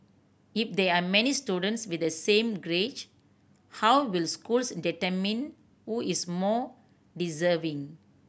if there are many students with the same grades how will schools determine who is more deserving